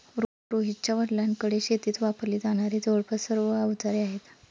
रोहितच्या वडिलांकडे शेतीत वापरली जाणारी जवळपास सर्व अवजारे आहेत